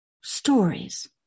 stories